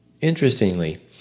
Interestingly